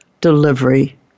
delivery